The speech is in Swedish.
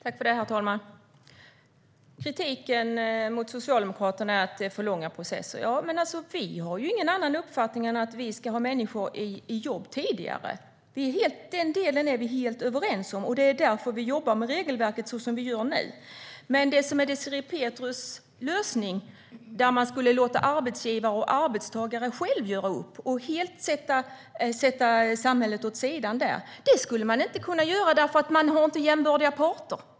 Herr talman! Kritiken mot Socialdemokraterna är att det är för långa processer. Ja, men vi har ju ingen annan uppfattning än att människor ska komma i jobb tidigare. Den delen är vi helt överens om. Det är därför som vi jobbar med regelverket så som vi gör nu. Det som är Désirée Pethrus lösning är att man ska låta arbetsgivare och arbetstagare själva göra upp och helt ställa samhället åt sidan. Det kan man inte göra därför att man inte har jämbördiga parter.